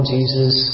Jesus